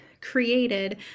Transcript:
created